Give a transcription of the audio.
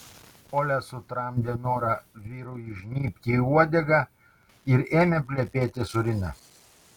olia sutramdė norą vyrui įžnybti į uodegą ir ėmė plepėti su rina